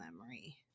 memory